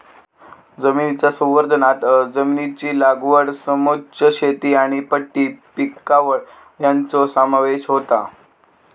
जमनीच्या संवर्धनांत जमनीची लागवड समोच्च शेती आनी पट्टी पिकावळ हांचो समावेश होता